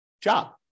job